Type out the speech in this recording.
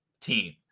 team